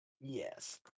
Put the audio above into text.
yes